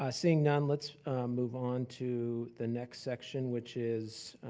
ah seeing none, let's move on to the next section which is